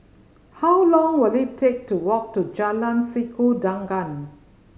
how long will it take to walk to Jalan Sikudangan